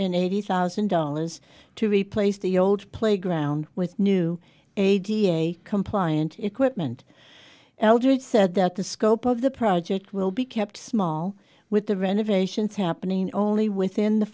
eighty thousand dollars to replace the old playground with new a da compliant equipment eldridge said that the scope of the project will be kept small with the renovations happening only within the